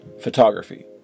photography